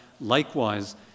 likewise